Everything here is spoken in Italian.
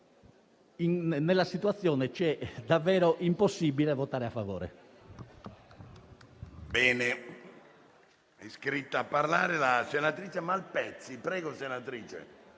la situazione, ci è davvero impossibile votare a favore.